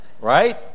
Right